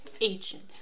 agent